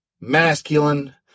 masculine